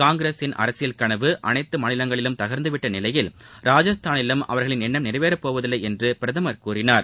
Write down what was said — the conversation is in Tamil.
காங்கிரசின் அரசியல் கனவு அனைத்து மாநிலங்களிலும் தகர்ந்து விட்ட நிலையில் ராஜஸ்தானிலும் அவர்களின் எண்ணம் நிறைவேற போவதில்லை என்றும் அவர் கூறினார்